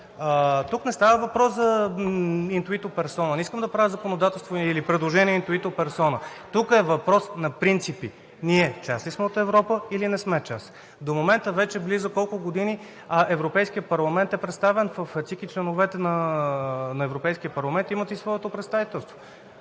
Тук не става въпрос за интуито персона. Не искам да правя законодателство или предложението за интуито персона. Тук е въпросът за принципи – ние част ли сме от Европа или не сме част? До момента – близо колко години Европейският парламент е представен в ЦИК и членовете на Европейският парламент имат своето представителство,